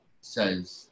says